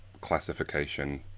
classification